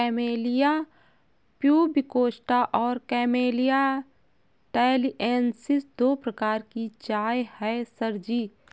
camellia pubicosta और camellia taliensis दो प्रकार की चाय है सर जी